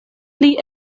pli